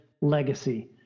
legacy